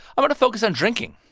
i want to focus on drinking